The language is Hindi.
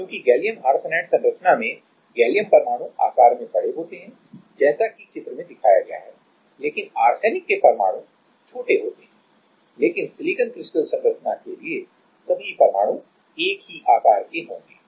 क्योंकि गैलियम आर्सेनाइड संरचना में गैलियम परमाणु आकार में बड़े होते हैं जैसा कि चित्र में दिखाया गया है लेकिन आर्सेनिक के परमाणु छोटे होते हैं लेकिन सिलिकॉन क्रिस्टल संरचना के लिए सभी परमाणु एक ही आकार के होंगे